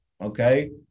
Okay